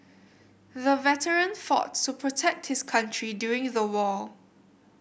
the veteran fought to protect his country during the war